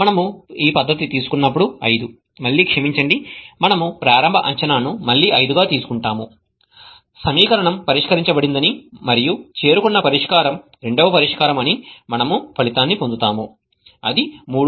మనము పద్ధతి తీసుకున్నప్పుడు 5 మళ్ళీ క్షమించండి మనము ప్రారంభ అంచనాను మళ్ళీ 5 గా తీసుకుంటాము సమీకరణం పరిష్కరించబడిందని మరియు చేరుకున్న పరిష్కారం రెండవ పరిష్కారం అని మనము ఫలితాన్ని పొందుతాము అది 3